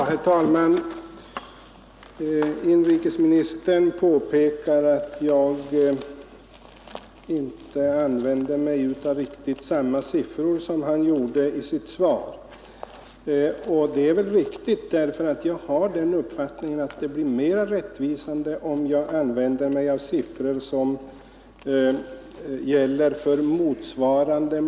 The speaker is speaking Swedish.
Herr talman! Herr inrikesministern påpekar att jag inte använder mig av samma siffror som han redovisade i sitt svar, och det är riktigt. Jag har nämligen den uppfattningen att siffrorna för motsvarande månad föregående år blir mera rättvisande.